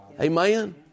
Amen